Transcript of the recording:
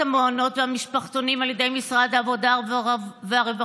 המעונות והמשפחתונים על ידי משרד העבודה והרווחה: